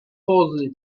pozy